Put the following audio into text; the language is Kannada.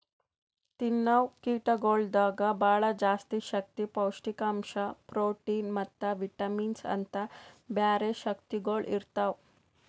ತಿನ್ನವು ಕೀಟಗೊಳ್ದಾಗ್ ಭಾಳ ಜಾಸ್ತಿ ಶಕ್ತಿ, ಪೌಷ್ಠಿಕಾಂಶ, ಪ್ರೋಟಿನ್ ಮತ್ತ ವಿಟಮಿನ್ಸ್ ಅಂತ್ ಬ್ಯಾರೆ ಶಕ್ತಿಗೊಳ್ ಇರ್ತಾವ್